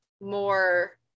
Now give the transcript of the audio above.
more